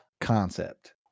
concept